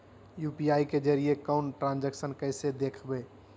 UPI के जरिए कैल ट्रांजेक्शन कैसे देखबै?